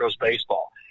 baseball